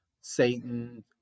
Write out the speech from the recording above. Satan